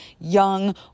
young